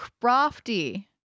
crafty